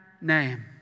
name